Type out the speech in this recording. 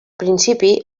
principi